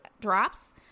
drops